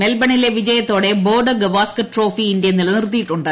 മെൽബ ണിലെ വിജയത്തോടെ border Gavaskar trophy India നിലനിർത്തിയിട്ടുണ്ട്